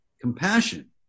compassion